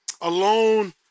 alone